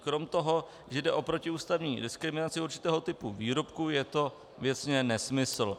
Kromě toho, že jde o protiústavní diskriminaci určitého typu výrobku, je to věcně nesmysl.